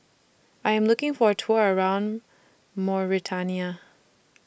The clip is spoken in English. I Am looking For A Tour around Mauritania